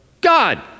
God